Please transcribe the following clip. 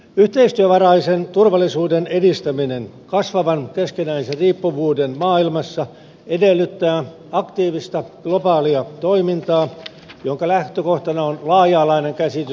yhteistyövaraisen turvallisuuden edistäminen kasvavan keskinäisen riippuvuuden maailmassa edellyttää aktiivista globaalia toimintaa jonka lähtökohtana on laaja alainen käsitys turvallisuudesta